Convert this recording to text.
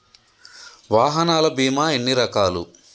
వాహనాల బీమా ఎన్ని రకాలు?